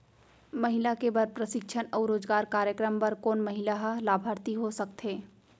महिला के बर प्रशिक्षण अऊ रोजगार कार्यक्रम बर कोन महिला ह लाभार्थी हो सकथे?